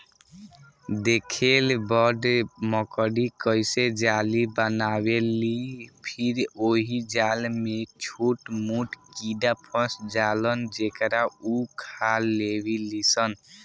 देखेल बड़ मकड़ी कइसे जाली बनावेलि फिर ओहि जाल में छोट मोट कीड़ा फस जालन जेकरा उ खा लेवेलिसन